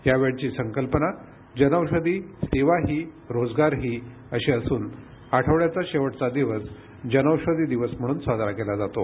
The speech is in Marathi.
यावेळची संकल्पना जनौषधी सेवाही रोजगारही अशी असून आठवड्याचा शेवटचा दिवस जनौषधी दिवस म्हणून साजरा केला जातो